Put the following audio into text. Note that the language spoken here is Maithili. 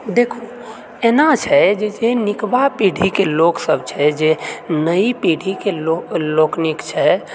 देखू एना छै जे निकबा पीढ़ीकऽ लोकसभ छै जे नइ पीढ़ीकऽ लोक लोकनिक छै